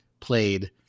played